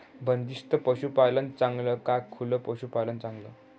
बंदिस्त पशूपालन चांगलं का खुलं पशूपालन चांगलं?